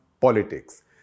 politics